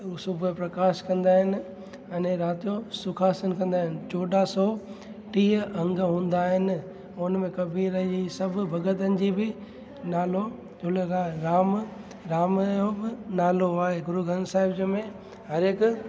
सुबुह प्रकाश कंदा आहिनि अने राति जो सुखासन कंदा आहिनि चोॾहां सौ टीह अंग हूंदा आहिनि हुन में कबीर जी सभु भगतनि जी बि नालो जुड़ियल आहे राम राम जो बि नालो आहे गुरू ग्रंथ साहिब जंहिंमें हर हिकु